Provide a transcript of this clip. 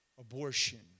abortion